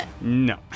No